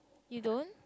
you don't